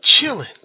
chilling